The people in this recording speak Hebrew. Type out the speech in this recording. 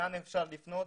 לאן אפשר לפנות.